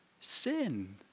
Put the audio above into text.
sin